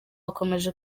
akomeje